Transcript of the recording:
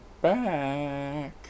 back